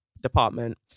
department